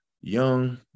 young